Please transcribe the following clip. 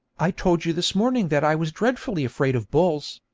i told you this morning that i was dreadfully afraid of bulls,